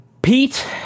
Pete